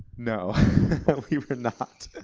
no, we were not!